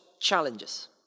challenges